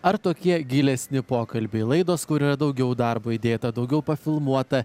ar tokie gilesni pokalbiai laidos kur yra daugiau darbo įdėta daugiau filmuota